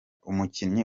umukinnyi